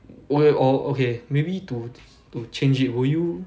why all okay maybe to to change it will you